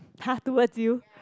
!huh! towards you